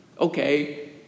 Okay